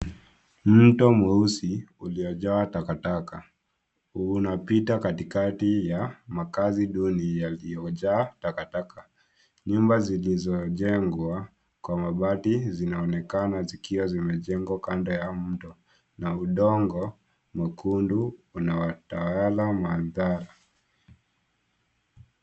Mto mweusi uliojaa takataka unapita katikati ya makazi duni yaliyojaa takataka. Nyumba zilizojengwa kwa mabati zinaonekana zikiwa zimejengwa kando ya mto na udongo mwekundu unatawala mandhari.